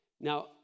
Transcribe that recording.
Now